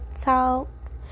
talk